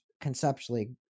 conceptually